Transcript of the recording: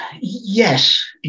Yes